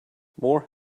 more